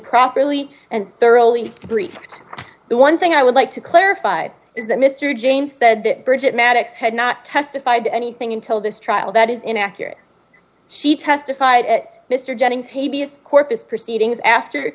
properly and thoroughly briefed the one thing i would like to clarify is that mr james said that bridget maddox had not testified to anything until this trial that is inaccurate she testified at mr jennings corpus proceedings after